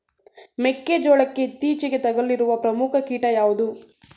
ಮೆಕ್ಕೆ ಜೋಳಕ್ಕೆ ಇತ್ತೀಚೆಗೆ ತಗುಲಿರುವ ಪ್ರಮುಖ ಕೀಟ ಯಾವುದು?